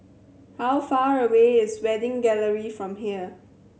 how far away is Wedding Gallery from here